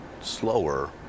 slower